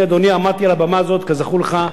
אני, אדוני, עמדתי על הבמה הזאת, כזכור לך,